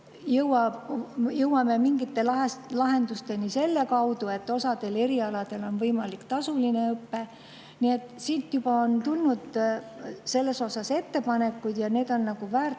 jõuame mingite lahendusteni selle kaudu, et mõnel erialal on võimalik tasuline õpe. Nii et juba on tulnud sellekohaseid ettepanekuid ja need on väärt